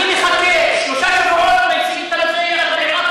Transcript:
אני מחכה שלושה שבועות ואכרם.